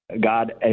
God